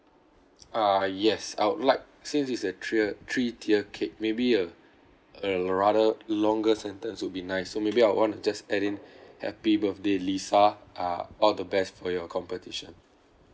ah yes I would like since it's a three tier cake maybe a a rather longer sentence would be nice so maybe I would want to just add in happy birthday lisa uh all the best for your competition